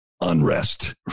unrest